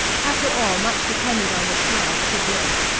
after all much depended on this child's goodwill.